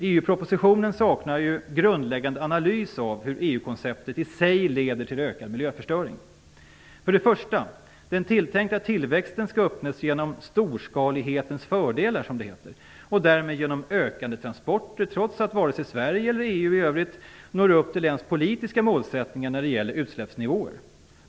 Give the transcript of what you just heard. EU-propositionen saknar ju en grundläggande analys av hur EU-konceptet i sig leder till ökad miljöförstöring: "storskalighetens fördelar" och därmed genom ökande transporter, trots att vare sig Sverige eller EU i övrigt når upp ens till den politiska målsättningen när det gäller utsläppsnivåer.